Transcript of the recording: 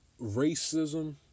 racism